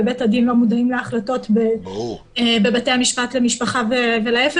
בבית-הדין לא מודעים להחלטות בבית המשפט לענייני משפחה ולהיפך.